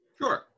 Sure